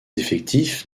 effectifs